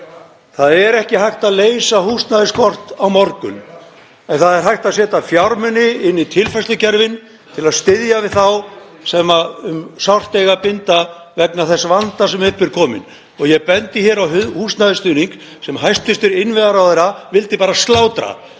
Það er ekki hægt að leysa húsnæðisskortinn á morgun en það er hægt að setja fjármuni inn í tilfærslukerfið til að styðja við þá sem eiga um sárt að binda vegna þess vanda sem upp er kominn. Ég bendi á húsnæðisstuðning sem hæstv. innviðaráðherra vildi bara slátra.